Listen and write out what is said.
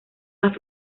las